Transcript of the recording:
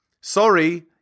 Sorry